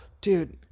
dude